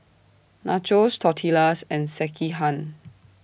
Nachos Tortillas and Sekihan